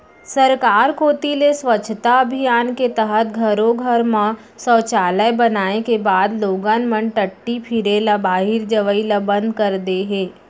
सरकार कोती ले स्वच्छता अभियान के तहत घरो घर म सौचालय बनाए के बाद लोगन मन टट्टी फिरे ल बाहिर जवई ल बंद कर दे हें